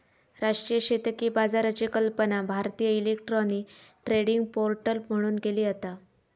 राष्ट्रीय शेतकी बाजाराची कल्पना भारतीय इलेक्ट्रॉनिक ट्रेडिंग पोर्टल म्हणून केली जाता